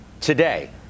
today